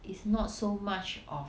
it's not so much of